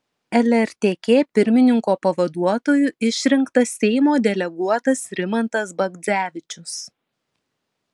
lrtk pirmininko pavaduotoju išrinktas seimo deleguotas rimantas bagdzevičius